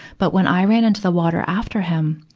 but when i ran into the water after him,